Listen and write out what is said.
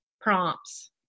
Prompts